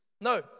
No